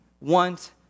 want